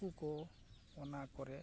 ᱩᱱᱠᱩ ᱠᱚ ᱚᱱᱟ ᱠᱚᱨᱮ